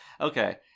Okay